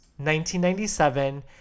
1997